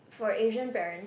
for Asian parents